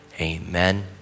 amen